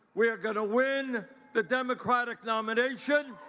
we are going to win the democratic nomination!